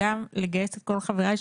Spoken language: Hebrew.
גם לגייס את כל חבריי,